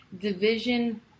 division